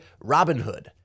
Robinhood